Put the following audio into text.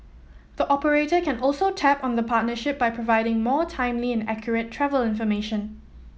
the operator can also tap on the partnership by providing more timely and accurate travel information